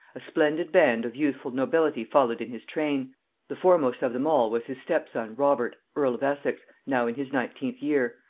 a splendid band of youthful nobility followed in his train the foremost of them all was his stepson robert earl of essex, now in his nineteenth year,